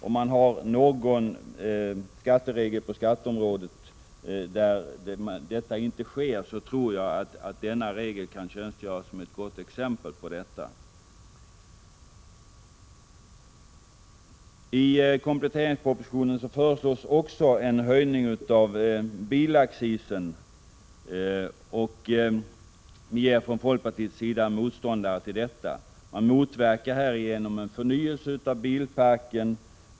Om det finns någon regel på skatteområdet där detta inte gäller, tror jag att denna regel kan tjänstgöra som ett gott exempel på det. I kompletteringspropositionen föreslås också en höjning av bilaccisen. Från folkpartiet är vi motståndare till detta. Man motverkar härigenom en förnyelse av bilparken.